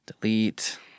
Delete